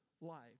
life